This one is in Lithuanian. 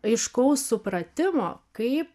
aiškaus supratimo kaip